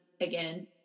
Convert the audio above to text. again